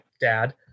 dad